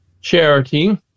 charity